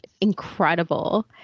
incredible